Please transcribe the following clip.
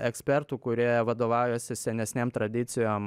ekspertų kurie vadovaujasi senesnėm tradicijom